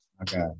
Okay